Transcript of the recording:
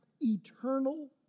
eternal